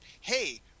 hey